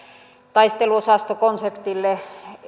taisteluosastokonseptille